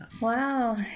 Wow